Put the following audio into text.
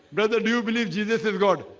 brother, do you believe jesus is god?